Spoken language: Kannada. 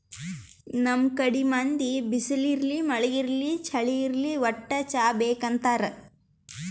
ನಮ್ ಕಡಿ ಮಂದಿ ಬಿಸ್ಲ್ ಇರ್ಲಿ ಮಳಿ ಇರ್ಲಿ ಚಳಿ ಇರ್ಲಿ ವಟ್ಟ್ ಚಾ ಬೇಕ್ ಅಂತಾರ್